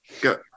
Go